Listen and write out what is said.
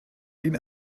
ihn